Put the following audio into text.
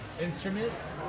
Instruments